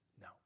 No